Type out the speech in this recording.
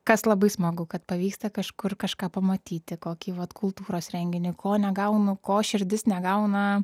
kas labai smagu kad pavyksta kažkur kažką pamatyti kokį vat kultūros renginį ko negaunu ko širdis negauna